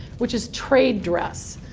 which is trade dress.